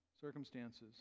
circumstances